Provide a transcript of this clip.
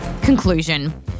Conclusion